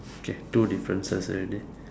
okay two differences already